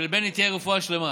שלבני תהיה רפואה שלמה.